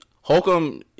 Holcomb